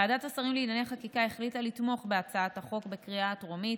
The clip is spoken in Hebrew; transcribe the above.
ועדת השרים לענייני חקיקה החליטה לתמוך בהצעת החוק בקריאה הטרומית,